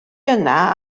yna